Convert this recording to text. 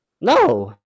no